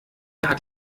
hat